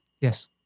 Yes